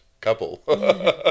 couple